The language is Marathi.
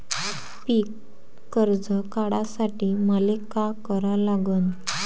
पिक कर्ज काढासाठी मले का करा लागन?